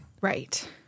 right